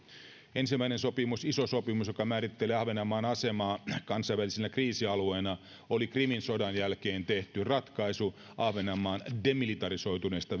ensimmäinen sopimus iso sopimus joka määrittelee ahvenanmaan asemaa kansainvälisenä kriisialueena oli krimin sodan jälkeen tehty ratkaisu ahvenanmaan demilitarisoituneesta